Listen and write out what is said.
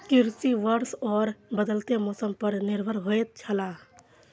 कृषि वर्षा और बदलेत मौसम पर निर्भर होयत छला